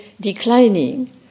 declining